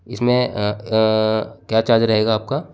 इसमें क्या चार्ज रहेगा आपका